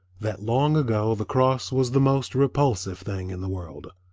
that long ago the cross was the most repulsive thing in the world?